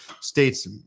states